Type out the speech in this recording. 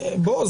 בואו,